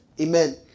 Amen